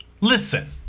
Listen